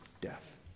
death